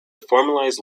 formalize